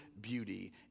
beauty